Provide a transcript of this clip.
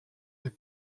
les